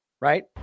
right